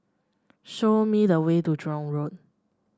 show me the way to Jurong Road